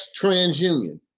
TransUnion